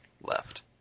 left